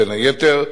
בין היתר,